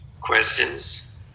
questions